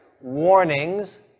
warnings